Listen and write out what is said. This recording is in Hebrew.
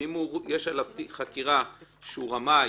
ואם יש חקירה עליו שהוא רימה,